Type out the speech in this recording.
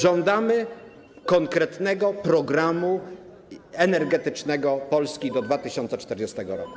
Żądamy konkretnego programu energetycznego dla Polski do 2040 r.